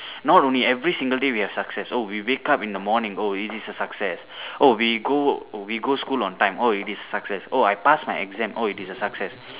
not only every single day we have success oh we wake up in the morning oh it is a success oh we go work we go school on time oh it is a success oh I pass my exam oh it is a success